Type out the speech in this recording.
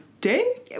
day